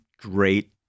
great